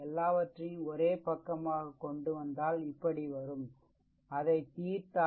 எல்லாவற்றையும் ஒரே பக்கமாக கொண்டுவந்தால் இப்படி வரும் அதை தீர்த்தால் v1 40 வோல்ட் என்று கிடைக்கும்